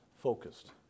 focused